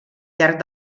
llarg